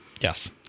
Yes